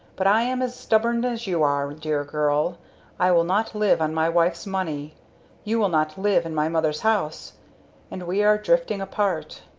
but i am as stubborn as you are, dear girl i will not live on my wife's money you will not live in my mother's house and we are drifting apart.